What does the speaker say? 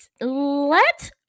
let